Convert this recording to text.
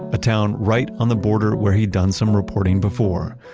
a town right on the border, where he'd done some reporting before.